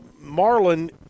Marlin